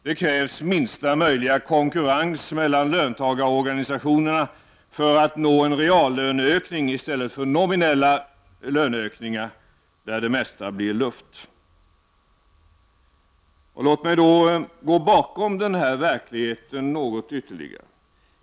Det krävs minsta möjliga konkurrens mellan löntagarorganisationerna för att man skall nå reallöneökningar i stället för — Prot. 1989/90:80 nominella ökningar, där det mesta blir luft. 7 mars 1990 Låt mig gå bakom denna verklighet något ytterligare.